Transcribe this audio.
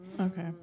okay